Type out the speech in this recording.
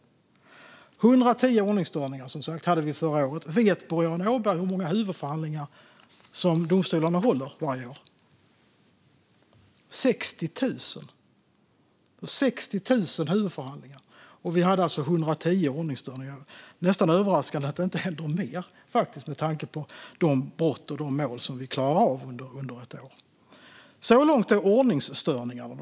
Vi hade, som sagt, 110 ordningsstörningar förra året. Vet Boriana Åberg hur många huvudförhandlingar som domstolarna håller varje år? Det är 60 000 huvudförhandlingar. Och vi hade alltså 110 ordningsstörningar. Det är nästan överraskande att det inte händer mer med tanke på de brott och de mål som vi klarar av under ett år. Så långt ordningsstörningar.